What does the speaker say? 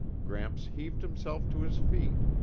gramps heaved himself to his feet.